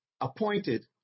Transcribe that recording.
appointed